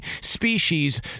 species